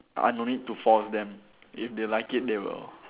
I don't need to force them if they like it they will